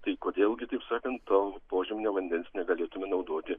tai kodėl gi taip sakant to požeminio vandens negalėtume naudoti